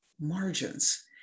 margins